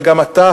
וגם אתה,